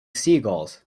seagulls